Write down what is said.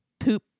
Poop